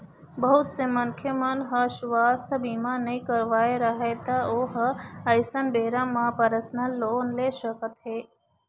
बहुत से मनखे मन ह सुवास्थ बीमा नइ करवाए रहय त ओ ह अइसन बेरा म परसनल लोन ले सकत हे